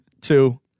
two